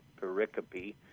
pericope